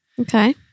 Okay